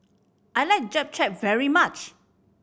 I like Japchae very much